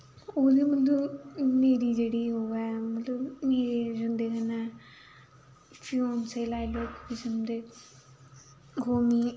ओह् मतलब मेरी जेह्ड़ा ओह् ऐ मतलब मेरी उं'दे कन्नै फ्ही हून लाई लैओ उंदे कोई मीं